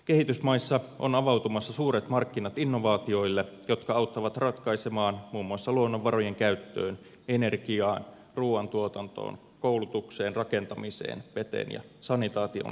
kehitysmaissa on avautumassa suuret markkinat innovaatioille jotka auttavat ratkaisemaan muun muassa luonnonvarojen käyttöön energiaan ruuantuotantoon koulutukseen rakentamiseen veteen ja sanitaatioon liittyviä tarpeita